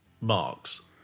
Marks